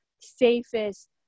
safest